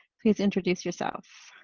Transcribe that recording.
please introduce yourself.